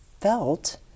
felt